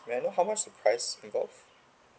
may I know how much the price involved